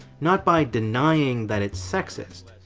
not by denying that it's sexist,